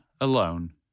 alone